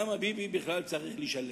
למה ביבי צריך בכלל לשלם?